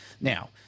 Now